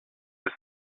was